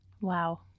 Wow